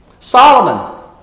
Solomon